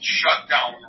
shutdown